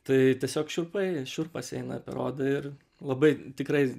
tai tiesiog šiurpai šiurpas eina per odą ir labai tikrai